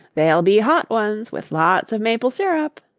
they'll be hot ones with lots of maple syrup,